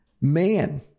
man